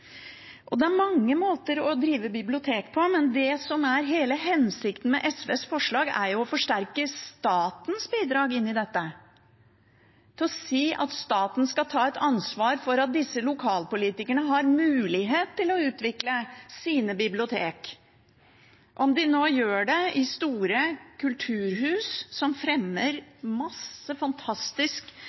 Det er mange måter å drive bibliotek på, men det som er hele hensikten med SVs forslag, er å forsterke statens bidrag inn i dette til å si at staten skal ta et ansvar for at disse lokalpolitikerne har mulighet til å utvikle sine bibliotek – om de nå gjør det i store kulturhus, som fremmer masse fantastisk